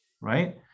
right